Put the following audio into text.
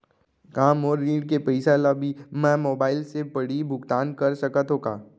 का मोर ऋण के पइसा ल भी मैं मोबाइल से पड़ही भुगतान कर सकत हो का?